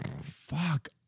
Fuck